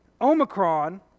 Omicron